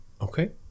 Okay